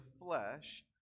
flesh